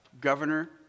governor